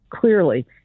clearly